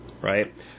Right